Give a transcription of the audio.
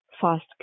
fast